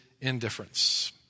indifference